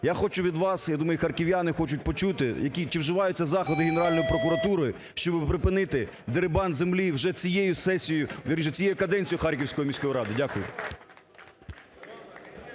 Я хочу від вас, я думаю, харків'яни хочуть почути чи вживаються заходи Генеральною прокуратурою, щоб припинити дерибан землі вже цією сесію, вірніше, цією каденцією Харківської міської ради. Дякую.